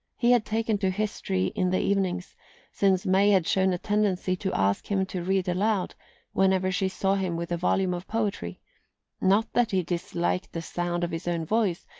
he had taken to history in the evenings since may had shown a tendency to ask him to read aloud whenever she saw him with a volume of poetry not that he disliked the sound of his own voice,